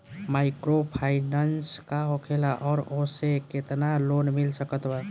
Microfinance का होखेला और ओसे केतना लोन मिल सकत बा?